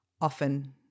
often